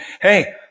hey